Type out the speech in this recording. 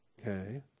Okay